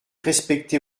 respecter